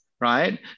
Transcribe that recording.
right